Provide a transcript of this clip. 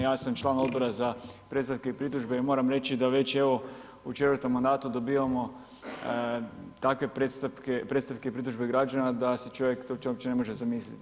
Ja sam član Odbora za predstavke i pritužbe i moram reći da već evo u 4. mandatu dobivamo takve predstavke i pritužbe građana da se čovjek to uopće ne može zamisliti.